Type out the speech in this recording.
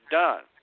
done